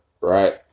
right